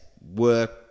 work